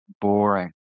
Boring